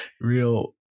real